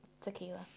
tequila